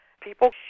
People